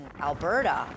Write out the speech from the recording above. alberta